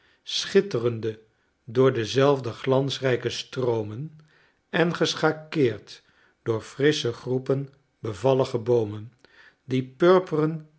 schitterende door dezelfde glansrijke stroomen en geschakeerd door frissche groepen bevallige boomen die purperen